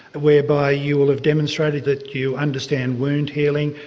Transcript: whereby you will have demonstrated that you understand wound handling,